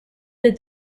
did